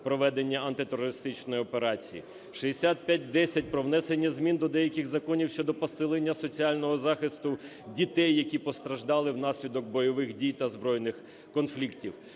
проведення антитерористичної операції; 6510 - про внесення змін до деяких законів щодо посилення соціального захисту дітей, які постраждали внаслідок бойових дій та збройних конфліктів;